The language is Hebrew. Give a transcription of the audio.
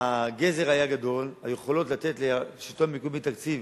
הגזר היה גדול, היכולות לתת לשלטון המקומי תקציב